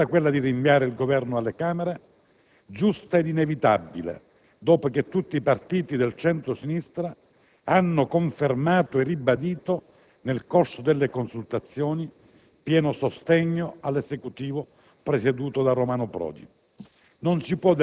Una scelta, quella di rinviare il Governo alle Camere per la fiducia, giusta e inevitabile, dopo che tutti i partiti del centro-sinistra hanno confermato e ribadito, nel corso delle consultazioni, pieno sostegno all'Esecutivo presieduto da Romano Prodi.